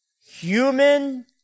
human